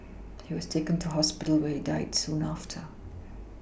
he was taken to hospital where he died soon after